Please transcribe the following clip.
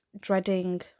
dreading